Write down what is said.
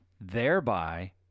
thereby